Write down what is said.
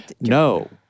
No